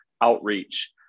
outreach